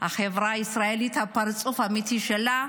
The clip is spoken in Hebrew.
החברה הישראלית, הפרצוף האמיתי שלה,